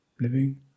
living